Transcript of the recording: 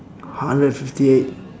hundred and fifty eight